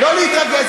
לא להתרגז,